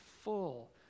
full